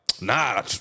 Nah